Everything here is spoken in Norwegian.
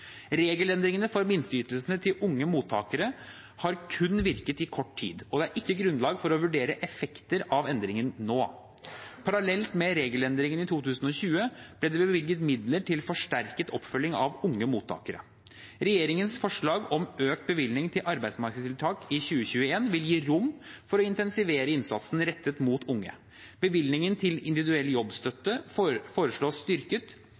Regelendringene for minsteytelsen til unge mottakere har kun virket i kort tid, og det er ikke grunnlag for å vurdere effekter av endringen nå. Parallelt med regelendringene i 2020 ble det bevilget midler til forsterket oppfølgning av unge mottakere. Regjeringens forslag om økt bevilgning til arbeidsmarkedstiltak i 2021 vil gi rom for å intensivere innsatsen rettet mot unge. Bevilgningen til Individuell jobbstøtte foreslås styrket,